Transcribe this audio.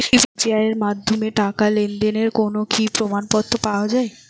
UPI এর মাধ্যমে টাকা লেনদেনের কোন কি প্রমাণপত্র পাওয়া য়ায়?